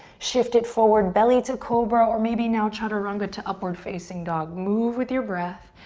shift it forward, belly to cobra or maybe now chaturanga to upward facing dog. move with your breath.